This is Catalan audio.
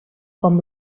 com